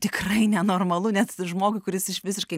tikrai nenormalu net žmogui kuris iš visiškai